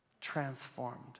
transformed